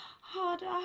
Harder